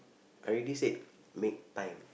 I already said make time